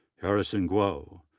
harrison guo,